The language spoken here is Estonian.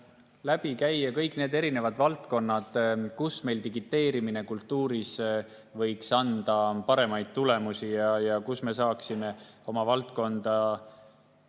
läbi käia kõik need valdkonnad, kus meil digiteerimine võiks kultuuris anda paremaid tulemusi ja kus me saaksime oma valdkonda